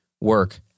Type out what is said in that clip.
work